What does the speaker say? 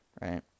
Right